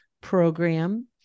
program